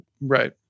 right